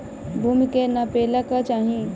भूमि के नापेला का चाही?